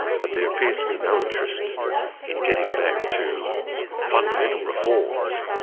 but there appears to be no interest in getting back to fundamental reforms.